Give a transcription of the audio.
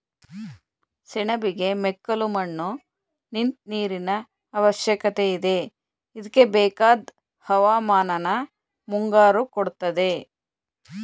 ಸೆಣಬಿಗೆ ಮೆಕ್ಕಲುಮಣ್ಣು ನಿಂತ್ ನೀರಿನಅವಶ್ಯಕತೆಯಿದೆ ಇದ್ಕೆಬೇಕಾದ್ ಹವಾಮಾನನ ಮುಂಗಾರು ಕೊಡ್ತದೆ